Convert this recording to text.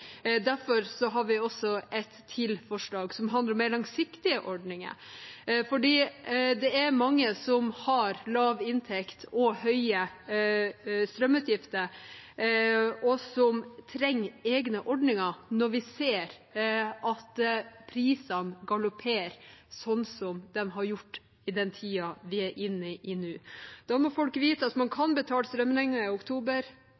har vi også et forslag som handler om mer langsiktige ordninger. Det er mange som har lav inntekt og høye strømutgifter som trenger egne ordninger, når vi ser at prisene galopperer sånn de har gjort i den tiden vi er inne i nå. Da må folk vite at de kan betale strømregningen i oktober,